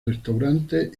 restaurante